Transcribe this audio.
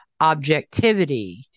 objectivity